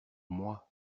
moi